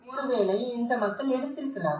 ஒருவேளை இப்போது மக்கள் எடுத்திருக்கலாம்